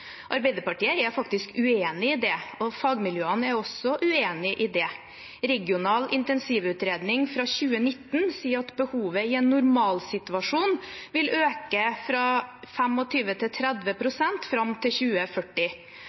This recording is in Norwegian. Arbeiderpartiet er uenig i det, og fagmiljøene er også uenig i det. Regional intensivutredning fra 2019 sier at behovet i en normalsituasjon vil øke med 25–30 pst. fram til 2040.